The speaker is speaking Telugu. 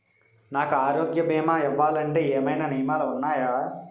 నాకు ఆరోగ్య భీమా ఇవ్వాలంటే ఏమైనా నియమాలు వున్నాయా?